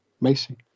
Macy